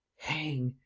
hang!